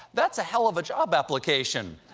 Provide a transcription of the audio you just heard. that's a hell of a job application.